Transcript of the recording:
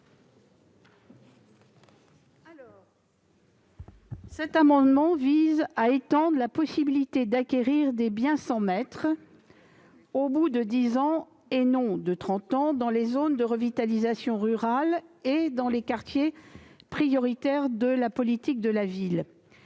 Cet amendement vise à étendre la possibilité d'acquérir des biens sans maître au bout de dix ans, et non de trente ans, aux zones de revitalisation rurale (ZRR) et aux quartiers prioritaires de la politique de la ville.